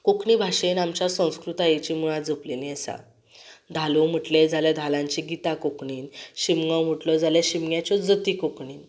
कोंकणी भाशेन आमच्या संस्कृतायेची मुळां जपलेली आसा धालो म्हटले जाल्यार धालांची गितां कोंकणीन शिमगो म्हटलो जाल्यार शिमग्याची जती कोंकणीन